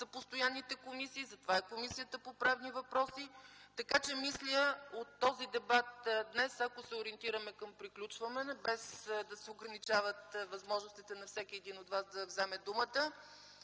са постоянните комисии, затова е Комисията по правни въпроси. Така, че мисля от този дебат днес, ако се ориентираме към приключване, без да се ограничават възможностите на всеки един от вас да вземе думата,